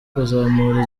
kuzamura